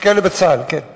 יש כאלה בצה"ל, כן.